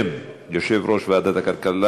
23 בעד,